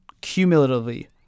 cumulatively